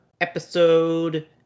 episode